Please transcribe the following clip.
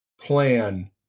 plan